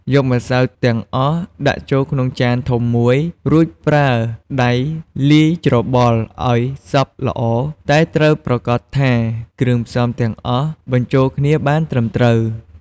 យកម្សៅទាំងអស់ដាក់ចូលក្នុងចានធំមួយ រួចប្រើដៃលាយច្របល់ឱ្យសព្វល្អតែត្រូវប្រាកដថាគ្រឿងផ្សំទាំងអស់បញ្ចូលគ្នាបានត្រឹមត្រួវ។